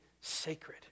sacred